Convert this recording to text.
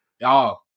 Y'all